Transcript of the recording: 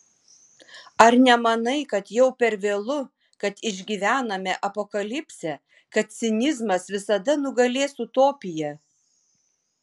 ar nemanai kad jau per vėlu kad išgyvename apokalipsę kad cinizmas visada nugalės utopiją